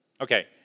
Okay